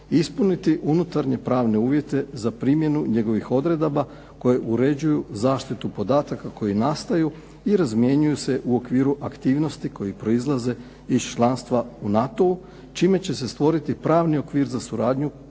ispuniti unutarnje pravne uvjete za primjenu njegovih odredaba koje uređuju zaštitu podataka koji nastaju i razmjenjuju se u okviru aktivnosti koje proizlaze iz članstva u NATO-u, čime će se stvoriti pravni okvir za suradnju